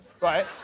right